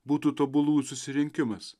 būtų tobulųjų susirinkimas